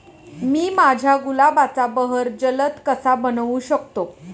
मी माझ्या गुलाबाचा बहर जलद कसा बनवू शकतो?